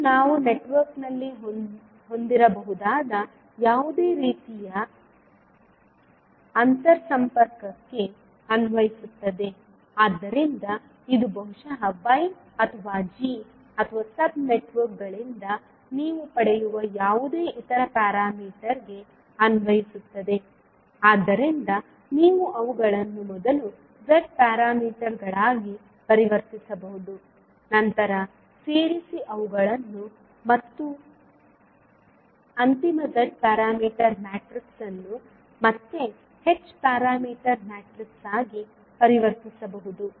ಇದು ನಾವು ನೆಟ್ವರ್ಕ್ನಲ್ಲಿ ಹೊಂದಿರಬಹುದಾದ ಯಾವುದೇ ರೀತಿಯ ಅಂತರ್ಸಂಪರ್ಕಕ್ಕೆ ಅನ್ವಯಿಸುತ್ತದೆ ಆದ್ದರಿಂದ ಇದು ಬಹುಶಃ y ಅಥವಾ g ಅಥವಾ ಸಬ್ ನೆಟ್ವರ್ಕ್ಗಳಿಂದ ನೀವು ಪಡೆಯುವ ಯಾವುದೇ ಇತರ ಪ್ಯಾರಾಮೀಟರ್ಗೆ ಅನ್ವಯಿಸುತ್ತದೆ ಆದ್ದರಿಂದ ನೀವು ಅವುಗಳನ್ನು ಮೊದಲು z ಪ್ಯಾರಾಮೀಟರ್ಗಳಾಗಿ ಪರಿವರ್ತಿಸಬಹುದು ನಂತರ ಸೇರಿಸಿ ಅವುಗಳನ್ನು ಮತ್ತು ಅಂತಿಮ z ಪ್ಯಾರಾಮೀಟರ್ ಮ್ಯಾಟ್ರಿಕ್ಸ್ ಅನ್ನು ಮತ್ತೆ h ಪ್ಯಾರಾಮೀಟರ್ ಮ್ಯಾಟ್ರಿಕ್ಸ್ ಆಗಿ ಪರಿವರ್ತಿಸಬಹುದು